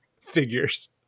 figures